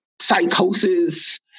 psychosis